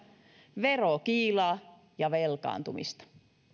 verokiilaa ja velkaantumista